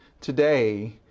today